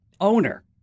owner